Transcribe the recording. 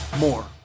more